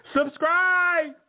Subscribe